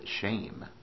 shame